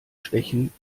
schwächen